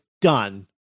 done